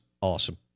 awesome